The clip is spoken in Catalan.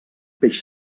peix